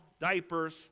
diapers